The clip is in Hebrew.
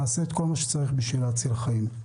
נעשה כל מה שצריך כדי להציל חיים,